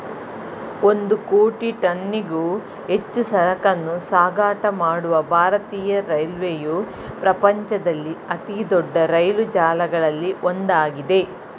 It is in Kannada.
ಒಂದು ಕೋಟಿ ಟನ್ನಿಗೂ ಹೆಚ್ಚು ಸರಕನ್ನೂ ಸಾಗಾಟ ಮಾಡುವ ಭಾರತೀಯ ರೈಲ್ವೆಯು ಪ್ರಪಂಚದಲ್ಲಿ ಅತಿದೊಡ್ಡ ರೈಲು ಜಾಲಗಳಲ್ಲಿ ಒಂದಾಗಿದೆ